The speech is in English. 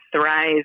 thrive